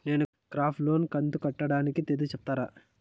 నేను crop loan కంతు కట్టేదానికి తేది సెప్తారా?